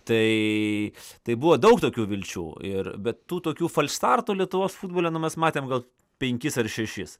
tai tai buvo daug tokių vilčių ir bet tokių folstartų lietuvos futbole nu mes matėm gal penkis ar šešis